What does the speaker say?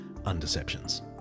Undeceptions